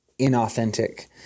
inauthentic